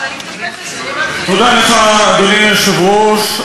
אדוני היושב-ראש,